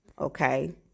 okay